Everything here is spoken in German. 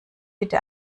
bitte